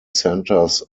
centres